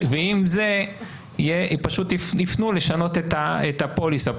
ועם זה הם יפנו לשנות את הפוליסה.